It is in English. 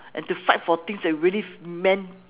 and to fight for things that you really meant